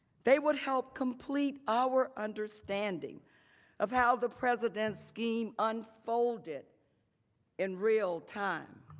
they would help complete our understanding of how the presidents scheme unfolded in real time.